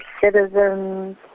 citizens